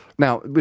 Now